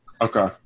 Okay